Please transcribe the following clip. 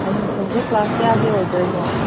ꯑꯦꯗꯃꯤꯁꯟꯁꯦ ꯀ꯭ꯂꯥꯁ ꯀꯌꯥꯒꯤ ꯑꯣꯏꯗꯣꯏꯅꯣ